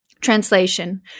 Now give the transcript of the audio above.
translation